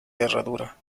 herradura